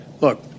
Look